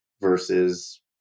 versus